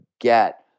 get